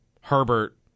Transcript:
Herbert